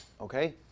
Okay